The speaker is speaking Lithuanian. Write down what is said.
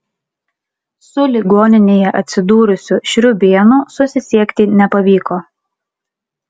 su ligoninėje atsidūrusiu šriūbėnu susisiekti nepavyko